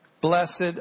Blessed